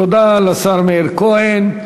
תודה לשר מאיר כהן.